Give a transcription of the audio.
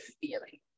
feeling